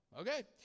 Okay